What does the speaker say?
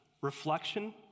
reflection